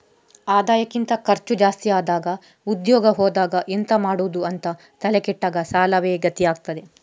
ಆದಾಯಕ್ಕಿಂತ ಖರ್ಚು ಜಾಸ್ತಿ ಆದಾಗ ಉದ್ಯೋಗ ಹೋದಾಗ ಎಂತ ಮಾಡುದು ಅಂತ ತಲೆ ಕೆಟ್ಟಾಗ ಸಾಲವೇ ಗತಿ ಆಗ್ತದೆ